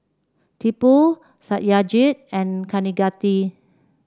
Tipu Satyajit and Kaneganti